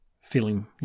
feeling